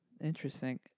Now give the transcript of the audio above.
Interesting